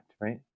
right